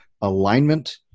alignment